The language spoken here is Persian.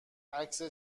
عکس